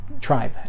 tribe